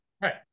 Right